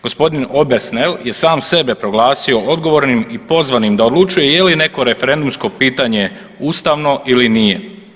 Gospodin Obersnel je sam sebe proglasio odgovornim i pozvanim da odlučuje je li neko referendumsko pitanje ustavno ili nije.